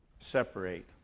separate